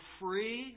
free